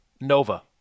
Nova